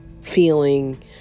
feeling